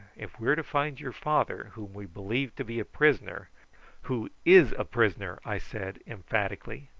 if we are to find your father, whom we believe to be a prisoner who is a prisoner! i said emphatically.